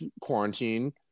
quarantine